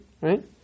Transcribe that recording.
right